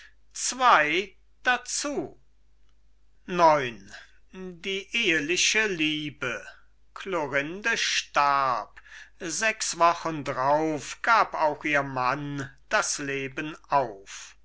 tasche trägt die eheliche liebe klorinde starb sechs wochen drauf gab auch ihr mann das leben auf